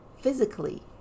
physically